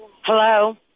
Hello